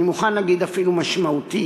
אני מוכן להגיד אפילו "משמעותי"